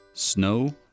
Snow